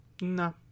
no